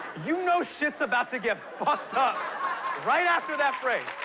you know shit's about to get fucked up right after that phrase.